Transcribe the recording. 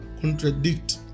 contradict